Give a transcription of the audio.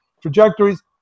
trajectories